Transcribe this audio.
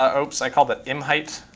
ah oops, i called that im height.